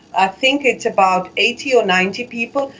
i think it's about eighty or ninety people.